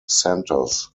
centres